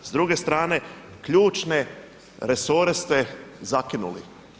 S druge strane ključne resore ste zakinuli.